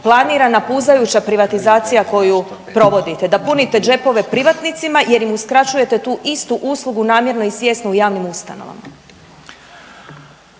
planirana puzajuća privatizacija koju provodite? Da punite džepove privatnicima jer im uskraćujete tu istu uslugu namjerno i svjesno u javnim ustanovama?